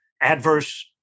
adverse